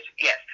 yes